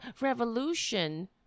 revolution